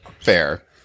fair